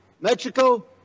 Mexico